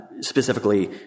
Specifically